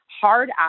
hard